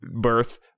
birth